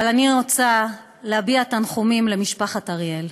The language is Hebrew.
אבל אני רוצה להביע תנחומים למשפחת אריאל.